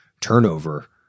turnover